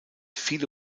viele